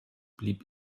blieb